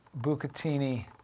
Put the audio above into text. bucatini